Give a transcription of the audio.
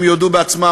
הם יודו בעצמם,